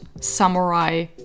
samurai